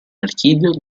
archivio